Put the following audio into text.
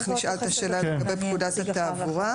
נשאל את השאלה הזאת לגבי פקודת התעבורה.